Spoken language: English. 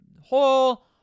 Whole